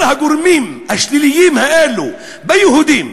כל הגורמים השליליים האלה, ביהודים,